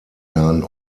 nahen